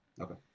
Okay